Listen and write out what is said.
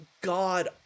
God